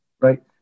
right